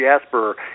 Jasper